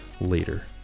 later